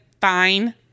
fine